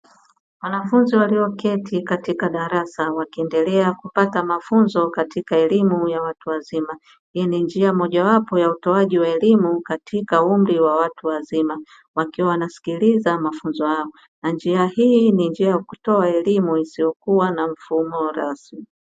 Wanafunzi walioketi katika darasa wakiendendelea kupata mafunzo katika elimu ya watu wazima, hii njia moja wapo ya utoaji wa elimu katika umri wa watu wazima wakiwa wanasikiliza mafunzo hayo na njia hii ni njia ya kutoa elimu isiyo kuwa na mfumo rasmi.